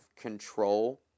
control